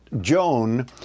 Joan